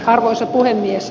arvoisa puhemies